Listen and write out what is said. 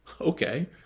okay